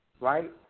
right